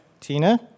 Tina